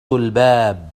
الباب